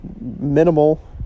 minimal